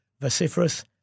vociferous